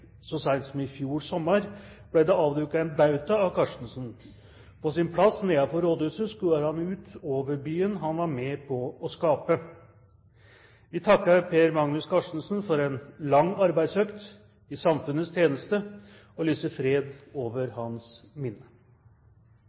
Så sent som i fjor sommer ble det avduket en bauta av Karstensen. På sin plass nedenfor rådhuset skuer han utover byen han var med på å skape. Vi takker Per Magnus Karstensen for en lang arbeidsøkt i samfunnets tjeneste og lyser fred over hans minne.